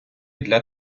для